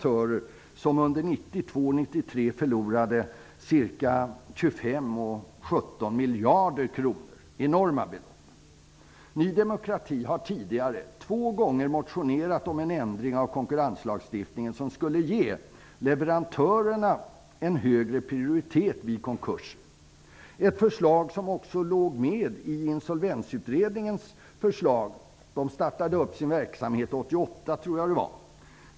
Under 1992 och 1993 förlorade de 25 respektive 17 miljarder, dvs. enorma belopp. Ny demokrati har två gånger tidigare motionerat om en ändring av konkurrenslagstiftningen, som skulle ge leverantörerna en högre prioritet vid konkurser. Det förslaget kom också från Innovationsutredningen, som startade sin verksamhet 1988.